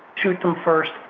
shoot them first,